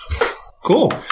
cool